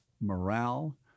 morale